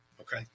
Okay